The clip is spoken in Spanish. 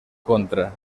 contra